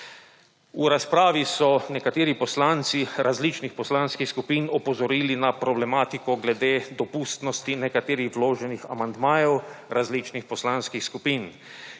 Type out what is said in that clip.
V razpravi so nekateri poslanci različnih poslanskih skupin opozorili na problematiko glede dopustnosti nekaterih vloženih amandmajev različnih poslanskih skupin.